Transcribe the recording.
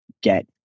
get